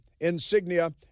insignia